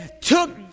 took